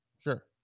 Sure